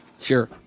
Sure